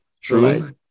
True